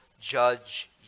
judge